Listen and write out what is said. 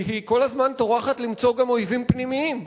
כי היא כל הזמן טורחת למצוא גם אויבים פנימיים,